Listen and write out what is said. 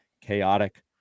chaotic